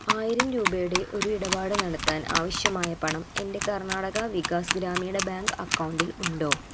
ആയിരം രൂപയുടെ ഒരു ഇടപാട് നടത്താൻ ആവശ്യമായ പണം എൻ്റെ കർണ്ണാടക വികാസ് ഗ്രാമീണ ബാങ്ക് അക്കൗണ്ടിൽ ഉണ്ടോ